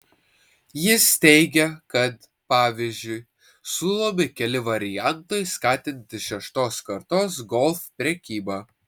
jis teigia kad pavyzdžiui siūlomi keli variantai skatinti šeštos kartos golf prekybą